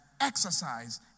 exercise